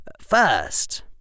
first